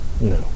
No